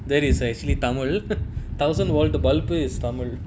that is actually tamil thousand walt uh bulb is tamil